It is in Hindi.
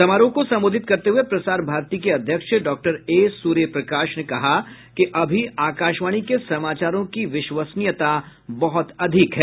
समारोह को संबोधित करते हुए प्रसार भारती के अध्यक्ष डॉक्टर ए सूर्य प्रकाश ने कहा कि अभी आकाशवाणी के समाचारों की विश्वसनीयता बहुत अधिक है